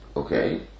Okay